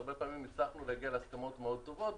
שהרבה פעמים הצלחנו להגיע להסכמות מאוד טובות,